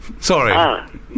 Sorry